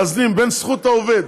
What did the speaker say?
מאזנים בין זכות העובד,